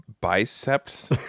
biceps